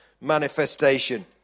manifestation